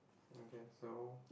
I guess so